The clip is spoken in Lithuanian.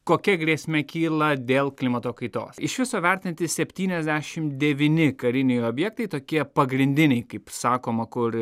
kokia grėsmė kyla dėl klimato kaitos iš viso vertinti septyniasdešim devyni kariniai objektai tokie pagrindiniai kaip sakoma kur